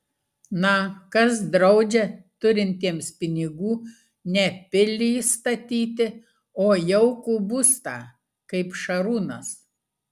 na kas draudžia turintiems pinigų ne pilį statyti o jaukų būstą kaip šarūnas